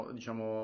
diciamo